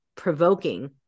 provoking